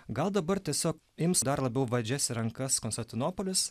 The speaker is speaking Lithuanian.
gal dabar tiesiog ims dar labiau vadžias į rankas konstantinopolis